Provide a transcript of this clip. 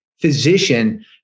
physician